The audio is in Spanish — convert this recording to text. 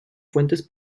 fuentes